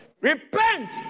Repent